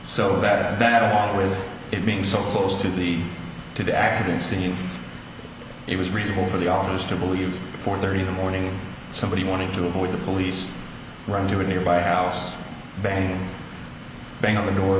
so that better with it being so close to the to the accident scene it was reasonable for the officers to believe four thirty in the morning somebody wanting to avoid the police run to a nearby house bang bang on the door